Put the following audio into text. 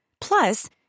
Plus